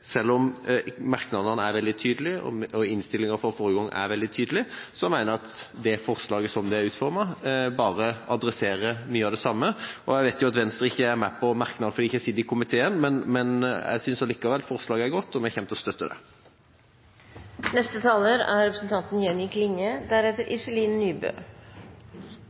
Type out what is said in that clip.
Selv om merknadene er veldig tydelige, og innstillinga fra forrige gang er veldig tydelig, mener jeg at forslaget slik det er utformet, bare adresserer mye av det samme. Jeg vet at Venstre ikke er med på merknadene fordi de ikke sitter i komiteen, men jeg synes likevel forslaget er godt, og vi kommer til å støtte det. Det store fleirtalet i norske fengsel er